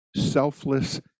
selfless